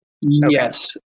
yes